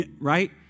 Right